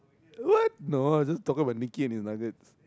what no I just talking about Nicky and his nuggets